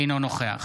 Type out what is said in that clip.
אינו נוכח